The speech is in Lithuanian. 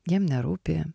jiem nerūpi